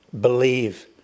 believe